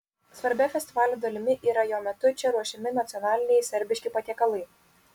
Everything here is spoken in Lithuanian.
svarbia festivalio dalimi yra jo metu čia ruošiami nacionaliniai serbiški patiekalai